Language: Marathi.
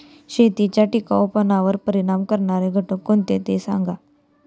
शेतीच्या टिकाऊपणावर परिणाम करणारे घटक कोणते ते सांगा